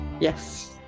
Yes